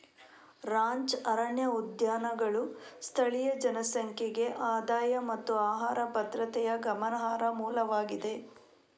ranch ಅರಣ್ಯ ಉದ್ಯಾನಗಳು ಸ್ಥಳೀಯ ಜನಸಂಖ್ಯೆಗೆ ಆದಾಯ ಮತ್ತು ಆಹಾರ ಭದ್ರತೆಯ ಗಮನಾರ್ಹ ಮೂಲವಾಗಿದೆ